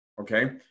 Okay